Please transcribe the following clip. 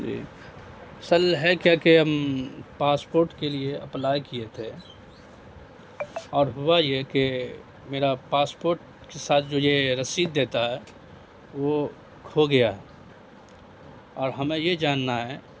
جی سل ہے کیا کہ ہم پاسپورٹ کے لیے اپلائی کیے تھے اور ہوا یہ کہ میرا پاسپورٹ کے ساتھ جو یہ رسید دیتا ہے وہ کھو گیا ہے اور ہمیں یہ جاننا ہے